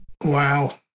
Wow